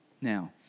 Now